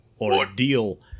ordeal